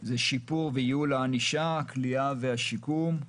שיפור וייעול הענישה, הכליאה והשיקום.